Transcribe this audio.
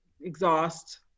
exhaust